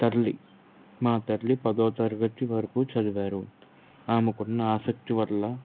తల్లి మా తల్లి పదో తరగతి వరకు చదివారు ఆమెకున్న ఆసక్తి వల్ల